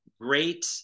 great